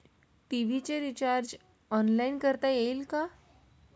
TV चे recharge online करता येईल का?